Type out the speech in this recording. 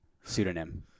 pseudonym